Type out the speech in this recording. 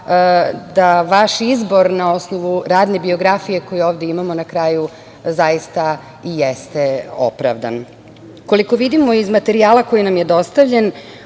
da vaš izbor na osnovu radne biografije koju ovde imamo na kraju zaista i jeste opravdan. Koliko vidimo iz materijala koji nam je dostavljen,